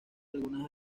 algunas